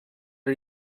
are